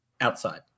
outside